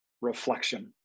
reflection